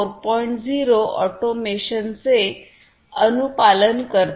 0 ऑटोमेशनचे अनुपालन करतील